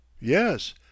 yes